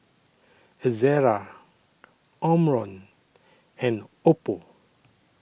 Ezerra Omron and Oppo